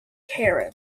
karen